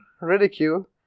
Ridicule